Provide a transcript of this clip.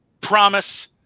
promise